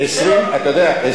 אתה יודע,